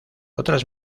otras